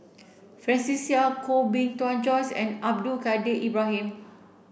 Francis Seow Koh Bee Tuan Joyce and Abdul Kadir Ibrahim